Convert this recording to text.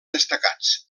destacats